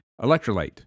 Electrolyte